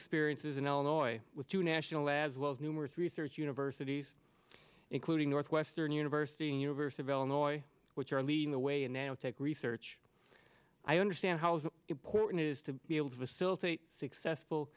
experiences in illinois with two national as well as numerous research universities including northwestern university and universe of illinois which are leading the way in and take research i understand how important it is to be able to